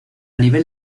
nivel